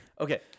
Okay